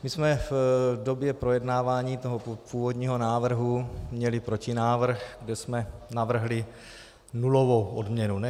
My jsme v době projednávání toho původního návrhu měli protinávrh, kde jsme navrhli nulovou odměnu.